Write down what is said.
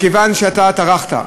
מכיוון שאתה טרחת,